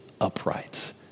upright